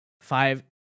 five